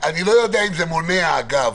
אני לא יודע אם זה מונע למוחרת